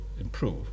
improve